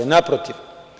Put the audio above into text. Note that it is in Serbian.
Naprotiv.